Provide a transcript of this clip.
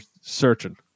searching